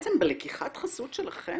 ובעצם בלקיחת החסות שלכם